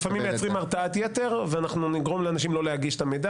לפעמים מייצרים הרתעת יתר ואנחנו נגרום לאנשים לא להגיש את המידע